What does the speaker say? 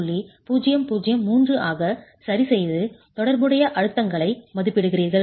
003 ஆக சரிசெய்து தொடர்புடைய அழுத்தங்களை மதிப்பிடுகிறீர்கள்